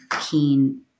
keen